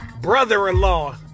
Brother-in-law